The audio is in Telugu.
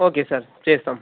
ఓకే సార్ చేస్తాం